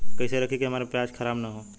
कइसे रखी कि हमार प्याज खराब न हो?